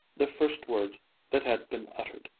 the first words that had been uttered